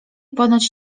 ponoć